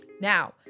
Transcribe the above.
Now